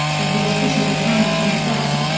in the official account of his death,